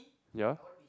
ya